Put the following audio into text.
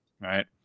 right